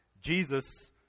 Jesus